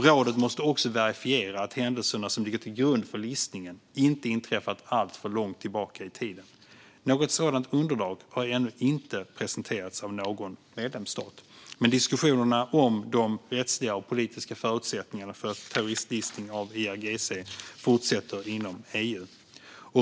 Rådet måste också verifiera att händelserna som ligger till grund för listningen inte inträffat alltför långt tillbaka i tiden. Något sådant underlag har ännu inte presenterats av någon medlemsstat, men diskussionerna om de rättsliga och politiska förutsättningarna för terroristlistning av IRGC fortsätter inom EU.